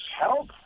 help